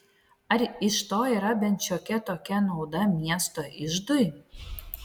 ar iš to yra bent šiokia tokia nauda miesto iždui